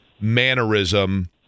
mannerism